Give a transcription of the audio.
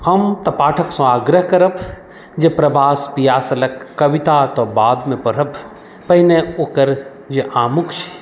हम तऽ पाठकसँ आग्रह करब जे प्रवास पियासल कविताक बादमे पढ़ब पहिने ओकर जे आमुख